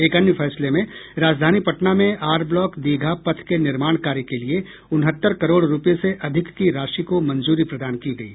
एक अन्य फैसले में राजधानी पटना में आरब्लॉक दीघा पथ के निर्माण कार्य के लिए उनहत्तर करोड़ रुपये से अधिक की राशि को मंजूरी प्रदान की गयी